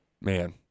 Man